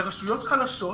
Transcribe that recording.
לרשויות חלקות